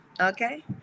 okay